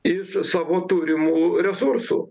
iš savo turimų resursų